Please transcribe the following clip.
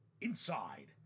inside